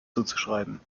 zuzuschreiben